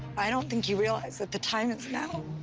i don't think you realize that the time is now.